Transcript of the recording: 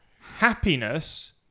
happiness